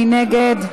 מי נגד?